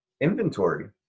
inventory